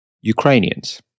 Ukrainians